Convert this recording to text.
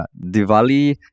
Diwali